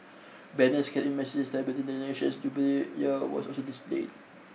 banners carrying messages the nation's jubilee year were also displayed